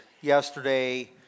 yesterday